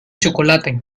chocolate